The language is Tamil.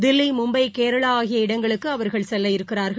தில்லி மும்பை கேரளா ஆகிய இடங்களுக்கு அவர்கள் செல்ல இருக்கிறார்கள்